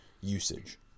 usage